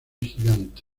gigante